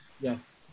Yes